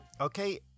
okay